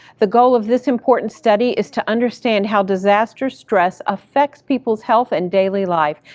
the goal of this important study is to understand how disaster stress affects people's health and daily life.